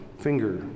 finger